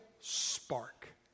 Spark